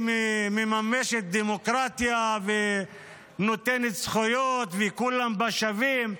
מממשת דמוקרטיה ונותנת זכויות וכולם בה שווים?